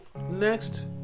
next